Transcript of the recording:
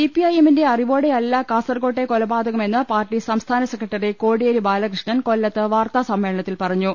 സിപിഐഎമ്മിന്റെ അറിവോടെയല്ലെ കാസർക്കോട്ടെ കൊലപാതകമെന്ന് പാർട്ടി സംസ്ഥാന സെക്രട്ടറി കോടിയേരി ബാലകൃഷ്ണൻ കൊല്ലത്ത് വാർത്താസമ്മേളനത്തിൽ പറഞ്ഞു